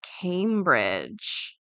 Cambridge